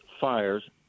fires